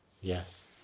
Yes